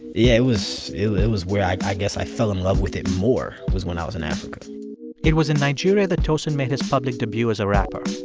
yeah it was it it was where, i i guess, i fell in love with it more, was when i was in africa it was in nigeria that tosin made his public debut as a rapper,